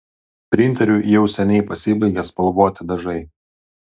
printeriui jau seniai pasibaigė spalvoti dažai